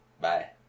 bye